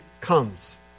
comes